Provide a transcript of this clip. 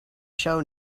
show